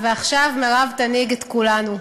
ועכשיו מירב תנהיג את כולנו.